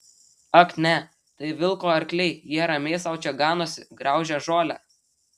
ak ne tai vilko arkliai jie ramiai sau čia ganosi graužia žolę